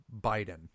Biden